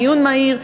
דיון מהיר,